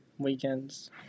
weekends